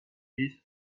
dix